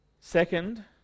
second